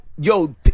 yo